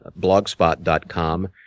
blogspot.com